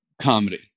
comedy